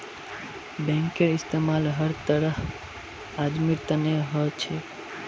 बैंकेर इस्तमाल हर तरहर आदमीर तने हो छेक